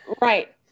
Right